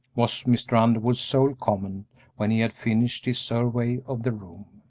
was mr. underwood's sole comment when he had finished his survey of the room.